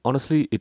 honestly it